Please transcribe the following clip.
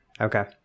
Okay